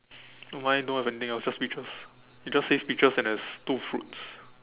mine don't have anything else it's just peaches it just says peaches and there is two fruits